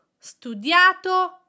studiato